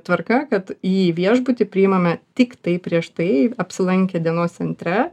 tvarka kad į viešbutį priimame tiktai prieš tai apsilankę dienos centre